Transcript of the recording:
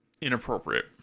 inappropriate